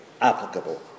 applicable